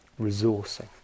resourcing